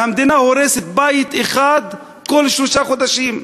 והמדינה הורסת בית אחד כל שלושה חודשים,